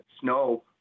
snow